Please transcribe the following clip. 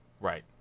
Right